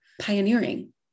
pioneering